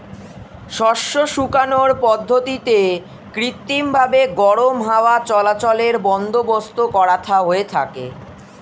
শস্য শুকানোর পদ্ধতিতে কৃত্রিমভাবে গরম হাওয়া চলাচলের বন্দোবস্ত করা হয়ে থাকে